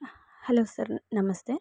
hello sir ನಮಸ್ತೆ